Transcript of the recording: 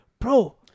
Bro